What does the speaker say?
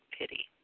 pity